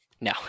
No